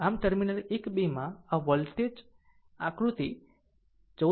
આમ ટર્મિનલ 1 2 માં આ વોલ્ટેજ આકૃતિ 44